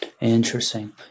Interesting